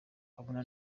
abona